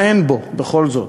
מה אין בו, בכל זאת?